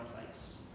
place